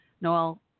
Noel